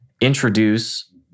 introduce